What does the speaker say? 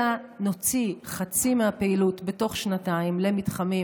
אלא נוציא חצי מהפעילות בתוך שנתיים למתחמים,